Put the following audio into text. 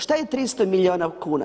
Šta je 300 milijuna kuna?